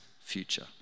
future